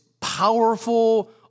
powerful